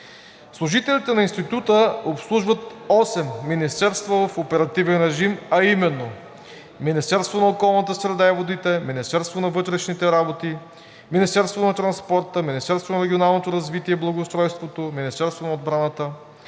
Служителите на Института обслужват осем министерства в оперативен режим, а именно: Министерството на околната среда и водите, Министерството на вътрешните работи, Министерството на транспорта, Министерството на регионалното развитие и благоустройството, Министерството на отбраната,